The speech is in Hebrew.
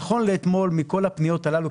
נכון לאתמול מכל הפניות הללו,